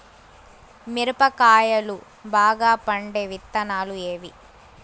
మిరప కాయలు బాగా పండే విత్తనాలు ఏవి